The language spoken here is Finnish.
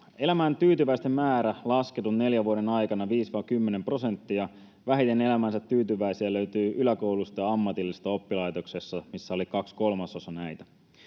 Elämään tyytyväisten määrä laski tuon neljän vuoden aikana viisi—kymmenen prosenttia. Vähiten elämäänsä tyytyväisiä löytyi yläkoulusta ja ammatillisista oppilaitoksista, missä oli näitä kaksi kolmasosaa.